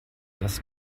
das